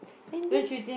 and this